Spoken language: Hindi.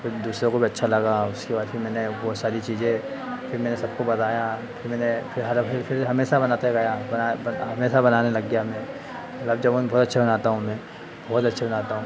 फिर दूसरे को भी अच्छा लगा उसके बाद फिर मैंने बहुत सारी चीज़ें फिर मैंने सबको बताया फिर मैंने फिर हाला फिर फिर हमेशा बनाते गया बना हमेशा बनाने लग गया मैं गुलाब जामुन बहुत अच्छा बनाता हूँ मैं बहुत अच्छे बनाता हूँ